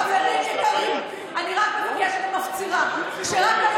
חברים יקרים, אני רק מבקשת ומפצירה, כשרק היום